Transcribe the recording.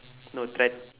no threat~